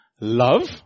love